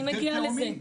אני מגיעה לזה.